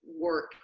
work